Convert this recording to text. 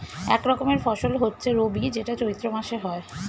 এক রকমের ফসল হচ্ছে রবি যেটা চৈত্র মাসে হয়